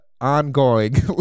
ongoing